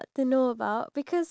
okay